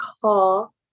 call